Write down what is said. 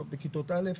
בכיתות א'.